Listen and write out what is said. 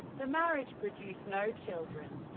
the marriage produced no children.